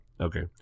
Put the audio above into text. okay